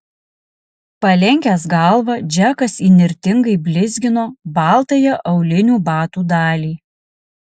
palenkęs galvą džekas įnirtingai blizgino baltąją aulinių batų dalį